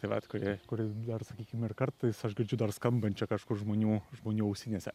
tai vat kuri kurį dar sakykim ir kartais aš girdžiu dar skambančią kažkur žmonių žmonių ausinėse